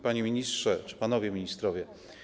Panie Ministrze czy Panowie Ministrowie!